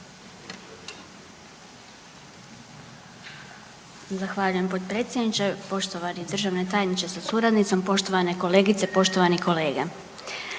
Zahvaljujem potpredsjedniče, poštovani državni tajniče sa suradnicom, poštovane kolegice, poštovani kolege.